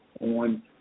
on